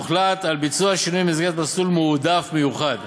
הוחלט על ביצוע שינויים במסגרת מסלול "מועדף מיוחד"